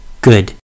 good